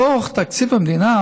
בתוך תקציב המדינה